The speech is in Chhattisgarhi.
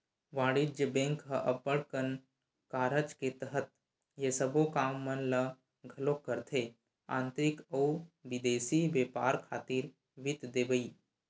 वाणिज्य बेंक ह अब्बड़ कन कारज के तहत ये सबो काम मन ल घलोक करथे आंतरिक अउ बिदेसी बेपार खातिर वित्त देवई